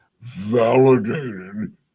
validated